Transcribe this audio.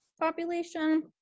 Population